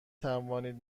توانید